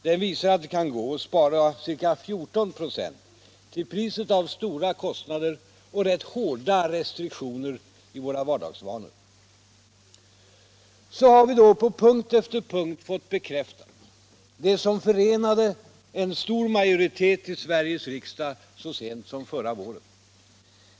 Den visar att det kan gå att spara ca 14 96 till priset av stora kostnader och rätt hårda restriktioner i våra vardagsvanor. Så har vi då på punkt efter punkt fått bekräftat det som förenade en stor majoritet i Sveriges riksdag så sent som förra våren.